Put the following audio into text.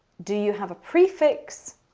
do you have a prefix?